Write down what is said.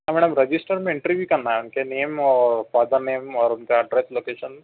ہاں madam register میں entry بھی کرنا ہے ان کے نیم اور فادر نیم اور ان کا ایڈریس لوکیشن